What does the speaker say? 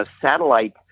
satellite